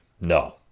No